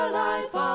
life